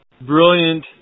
Brilliant